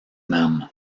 nam